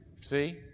See